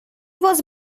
was